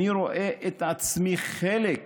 אני רואה את עצמי חלק